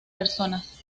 personas